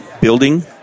building